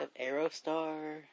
Aerostar